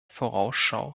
vorausschau